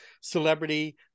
celebrity